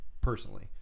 personally